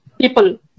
people